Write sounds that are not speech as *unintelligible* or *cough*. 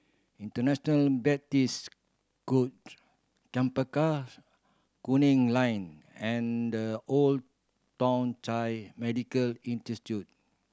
International Baptist *unintelligible* Chempaka Kuning Line and The Old Thong Chai Medical *unintelligible*